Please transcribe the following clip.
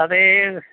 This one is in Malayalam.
അതേ